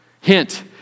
Hint